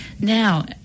Now